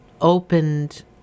opened